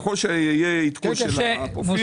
ככל שיהיה עדכון של הפרופיל.